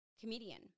comedian